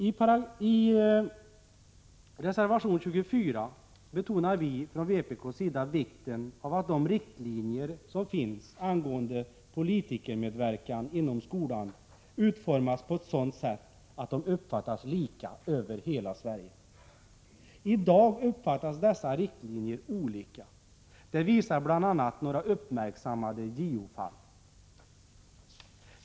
I reservation 24 betonar vi i vpk vikten av att de riktlinjer som finns angående politikermedverkan inom skolan utformas på ett sådant sätt att de uppfattas lika i hela Sverige. I dag uppfattas dessa riktlinjer på olika sätt. Det visar bl.a. några uppmärksammade JO-fall.